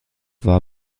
war